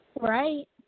Right